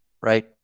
Right